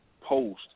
post